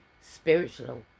spiritual